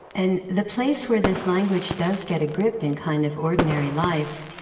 and the place where this language does get a grip in kind of ordinary life,